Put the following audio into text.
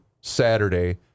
Saturday